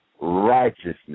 righteousness